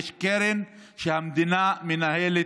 יש קרן שהמדינה מנהלת.